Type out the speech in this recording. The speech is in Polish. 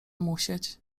musieć